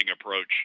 approach